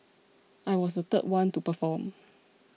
I was the third one to perform